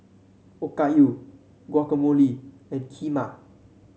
Okayu Guacamole and Kheema